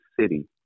City